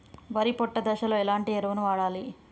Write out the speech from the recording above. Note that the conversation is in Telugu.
వరి పొట్ట దశలో ఎలాంటి ఎరువును వాడాలి?